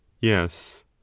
Yes